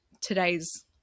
today's